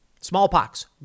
smallpox